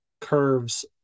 curves